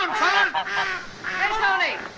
um fun hey tony